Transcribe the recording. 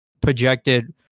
projected